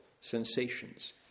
sensations